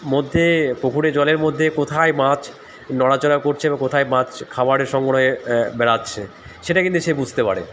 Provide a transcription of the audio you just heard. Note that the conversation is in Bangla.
মধ্যে পুকুরে জলের মধ্যে কোথায় মাছ নড়াচড়া করছে বা কোথায় মাছ খাবারের সংগ্রহে বেড়াচ্ছে সেটা কিন্তু সে বুঝতে পারে